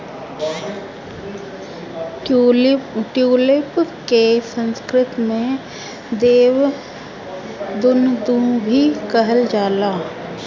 tulip के संस्कृत में देव दुन्दुभी कहल जाला